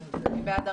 מי בעד הרוויזיה?